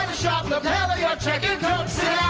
sharp lapel of your checkered coat sit